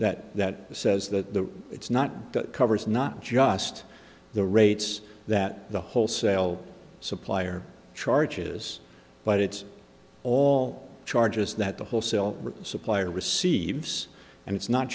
that that says that it's not that covers not just the rates that the wholesale supplier charges but it's all charges that the wholesale supplier receives and it's not